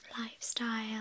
lifestyle